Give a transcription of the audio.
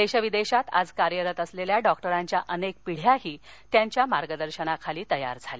देशविदेशात आज कार्यरत असलेल्या डॉकटरांच्या अनेक पिढ्याही त्याच्या मार्गदर्शनाखाली तयार झाल्या